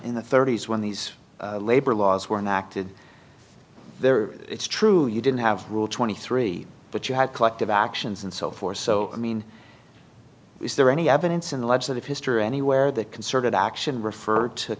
in the thirty's when these labor laws were enacted there it's true you didn't have rule twenty three but you had collective actions and so forth so i mean is there any evidence in the lives of that history anywhere that concerted action referred to